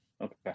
Okay